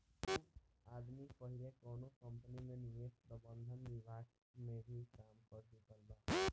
उ आदमी पहिले कौनो कंपनी में निवेश प्रबंधन विभाग में भी काम कर चुकल बा